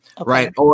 Right